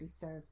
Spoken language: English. served